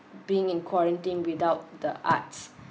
being in quarantine without the arts